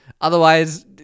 Otherwise